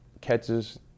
catches